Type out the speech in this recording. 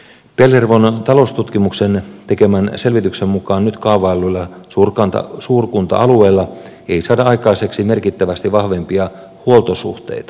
pellervon taloustutkimuksen tekemän selvityksen mukaan nyt kaavailluilla suurkunta alueilla ei saada aikaiseksi merkittävästi vahvempia huoltosuhteita